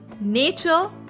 nature